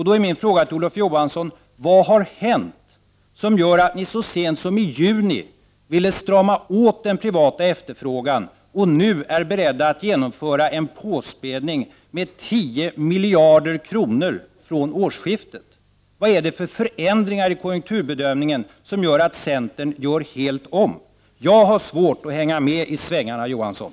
Då frågar jag Olof Johansson: Vad har hänt som gör att ni, trots att ni så sent som i juni ville strama åt den privata efterfrågan, nu är beredda att genomföra en påspädning med 10 miljarder kronor från årsskiftet? Vilka förändringar i konjunkturbedömningen är det som gör att centern gör helt om? Jag har svårt att hänga med i svängarna, Olof Johansson.